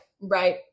Right